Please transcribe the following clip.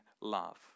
love